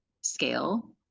scale